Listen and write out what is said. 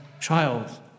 child